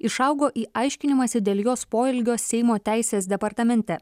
išaugo į aiškinimąsi dėl jos poelgio seimo teisės departamente